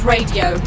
Radio